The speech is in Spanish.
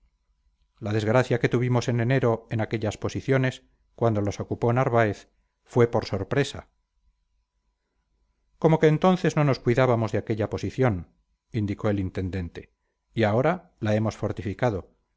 la desgracia que tuvimos en enero en aquellas posiciones cuando las ocupó narváez fue por sorpresa como que entonces no nos cuidábamos de aquella posición indicó el intendente y ahora la hemos fortificado